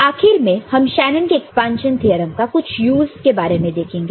तो आखिर में हम शेनन के एक्सपांशन थ्योरम का कुछ यूज के बारे में देखेंगे